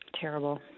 Terrible